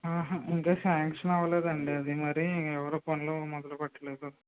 ఆహా ఇంకా శాంక్షన్ అవ్వలేదండీ అది మరి ఎవరూ పనులు మొదలుపెట్టలేదు